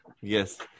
yes